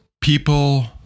People